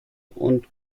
und